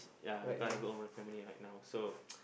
ya because I got my own family right now so